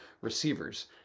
receivers